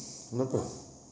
!huh!